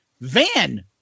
Van